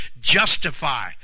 justify